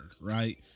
right